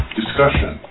discussion